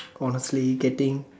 honestly getting